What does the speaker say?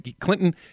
Clinton